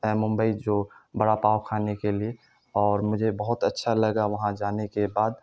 ممبئی جو بڑا پاؤ کھانے کے لیے اور مجھے بہت اچھا لگا وہاں جانے کے بعد